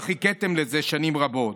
שחיכיתם לה שנים רבות.